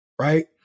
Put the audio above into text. right